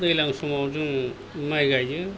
दैलां समाव जोङो माइ गायो